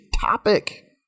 topic